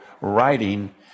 writing